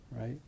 right